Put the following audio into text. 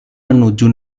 menuju